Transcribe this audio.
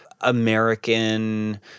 American